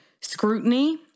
scrutiny